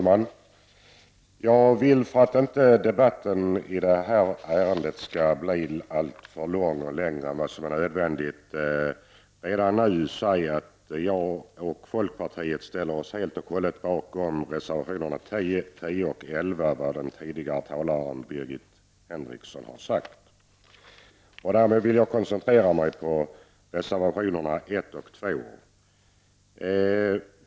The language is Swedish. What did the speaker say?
Herr talman! För att inte debatten i det här ärendet skall bli längre än vad som är nödvändigt vill jag redan nu säga att jag och folkpartiet helt och hållet ställer oss bakom reservationerna 10 och 11 och vad den tidigare talaren Birgit Henriksson har sagt. Jag vill koncentrera mig på reservationerna 1 och 2.